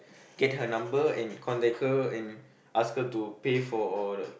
get her number and contact her and ask her to pay for all the